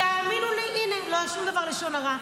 תאמינו לי, הינה, לא היה שום לשון הרע.